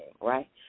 right